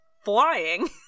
flying